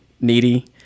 needy